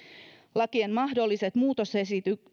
lakien mahdolliset muutosehdotukset